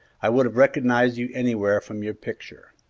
i would have recognized you anywhere from your picture.